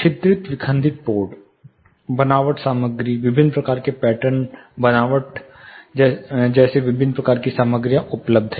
छिद्रित विखंडित बोर्ड बनावट सामग्री विभिन्न प्रकार के पैटर्न बनावट जैसी विभिन्न प्रकार की सामग्रियां उपलब्ध हैं